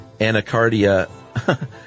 Anacardia